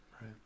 right